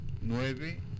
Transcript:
nueve